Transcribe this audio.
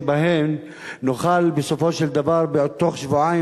שבהן נוכל בסופו של דבר בתוך שבועיים,